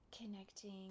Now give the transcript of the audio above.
Connecting